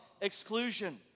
exclusion